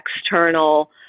external